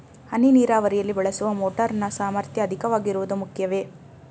ಹನಿ ನೀರಾವರಿಯಲ್ಲಿ ಬಳಸುವ ಮೋಟಾರ್ ನ ಸಾಮರ್ಥ್ಯ ಅಧಿಕವಾಗಿರುವುದು ಮುಖ್ಯವೇ?